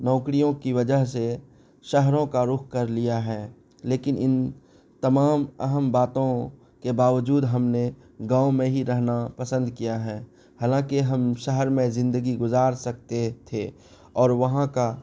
نوکریوں کی وجہ سے شہروں کا رخ کر لیا ہے لیکن ان تمام اہم باتوں کے باوجود ہم نے گاؤں میں ہی رہنا پسند کیا ہے حالانکہ ہم شہر میں زندگی گزار سکتے تھے اور وہاں کا